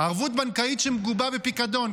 הערבות הבנקאית שמגובה בפיקדון.